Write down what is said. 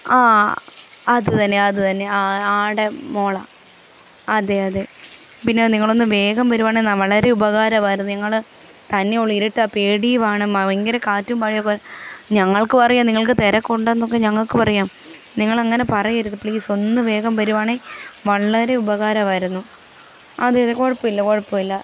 അതു തന്നെ അതു തന്നെ ആടെ മോളാണ് അതെ അതെ പിന്നെ നിങ്ങളൊന്ന് വേഗം വരുവാണെന്ന് വളരെ ഉപകാരമായിരുന്നു ഞങ്ങള് തനിയെ ഉള്ളു ഇരുട്ടാണ് പേടിയുമാണ് ഭയങ്കര കാറ്റും മഴയുമാണ് ഞങ്ങൾക്കുമറിയാം നിങ്ങൾക്ക് തിരക്കുണ്ടെന്നൊക്കെ ഞങ്ങൾക്കും അറിയാം നിങ്ങളങ്ങനെ പറയരുത് പ്ളീസ് ഒന്ന് വേഗം വരുവായിരുന്നേൽ വളരെ ഉപകാരമായിരുന്നു അതെ അതെ കുഴപ്പമില്ല കുഴപ്പമില്ല